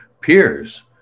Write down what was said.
peers